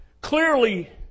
clearly